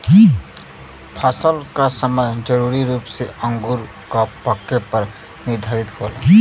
फसल क समय जरूरी रूप से अंगूर क पके पर निर्धारित होला